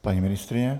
Paní ministryně.